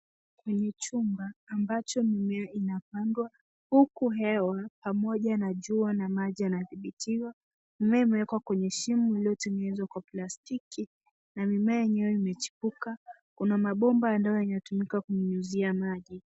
Kwenye chumba ambacho mimea inapandwa huku hewa pamoja na jua na maji yanadhibitiwa. Mmea imewekwa kwenye shimo uliotengenezwa kwa plastiki na mimea yenyewe imechipuka. Kuna mabomba yanayotumika kunyunyizia maji.